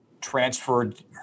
transferred